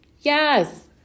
Yes